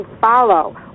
Follow